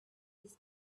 this